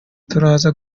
turaza